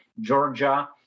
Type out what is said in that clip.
Georgia